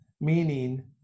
meaning